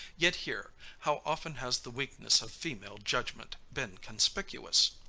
yet here, how often has the weakness of female judgment been conspicuous!